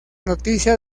noticia